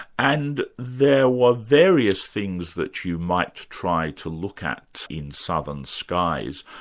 and there were various things that you might try to look at in southern skies,